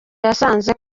basanze